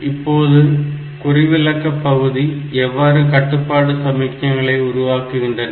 இப்போது குறிவிலக்க பகுதி எவ்வாறு கட்டுப்பாட்டு சமிக்ஞைகளை உருவாக்குகின்றன